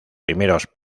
primeros